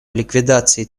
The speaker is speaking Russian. ликвидации